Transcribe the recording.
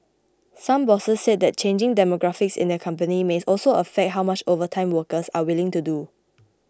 some bosses said that changing demographics in their companies may also affect how much overtime workers are willing to do